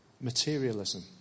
materialism